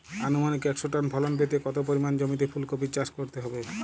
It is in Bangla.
আনুমানিক একশো টন ফলন পেতে কত পরিমাণ জমিতে ফুলকপির চাষ করতে হবে?